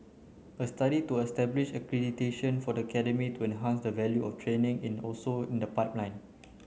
a study to establish accreditation for the academy to enhance the value of training in also in the pipeline